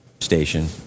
station